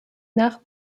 nach